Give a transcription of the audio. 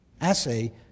assay